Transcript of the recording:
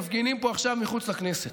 מפגינים פה עכשיו מחוץ לכנסת.